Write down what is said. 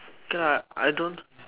okay lah I don't